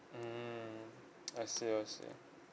mmhmm I see I see